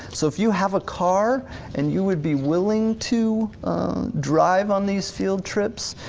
so if you have a car and you would be willing to drive on these field trips,